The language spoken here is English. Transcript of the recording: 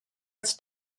its